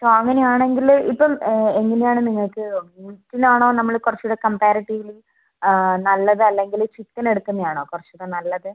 so അങ്ങനെയാണെങ്കിൽ ഇപ്പം എങ്ങനെയാണ് നിങ്ങൾക്ക് മീറ്റിനാണോ നമ്മൾ കുറച്ചുകൂടെ കംപാരിറ്റീവ്ലി നല്ലത് അല്ലെങ്കിൽ ചിക്കൻ എടുക്കുന്നതാണോ കുറച്ചുകൂടെ നല്ലത്